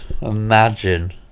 Imagine